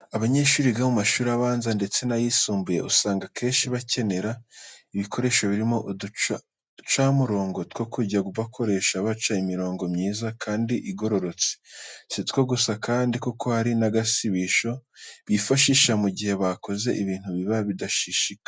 Abanyeshyuri biga mu mashuri abanza ndetse n'ayisumbuye usanga akenshi bakenera ibikoresho birimo uducamurongo two kujya bakoresha baca imirongo myiza kandi igororotse. Si two gusa kandi kuko hari n'agasibisho bifashisha mu gihe bakoze ibintu bibi badashika.